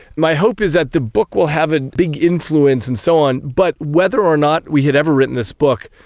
my hope is that the book will have a big influence and so on, but whether or not we had ever written this book,